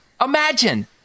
imagine